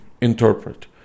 interpret